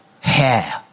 Hair